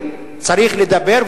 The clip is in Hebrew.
צריך לדבר,